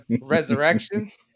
resurrections